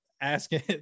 Asking